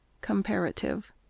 comparative